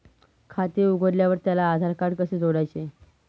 खाते उघडल्यावर त्याला आधारकार्ड कसे जोडायचे?